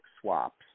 swaps